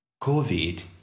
COVID